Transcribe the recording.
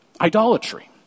idolatry